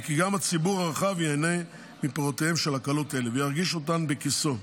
וכי גם הציבור הרחב ייהנה מפירותיהן של הקלות אלה וירגיש אותן בכיסו,